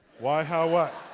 why, how, what?